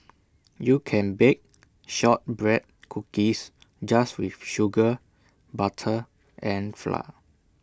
you can bake Shortbread Cookies just with sugar butter and flour